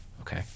okay